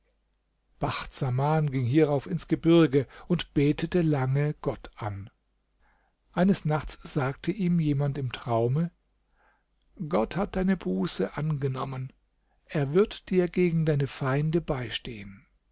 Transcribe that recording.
saman ging hierauf ins gebirge und betete lange gott an eines nachts sagte ihm jemand im traume gott hat deine buße angenommen er wird dir gegen deine feinde beistehen